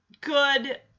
good